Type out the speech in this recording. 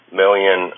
million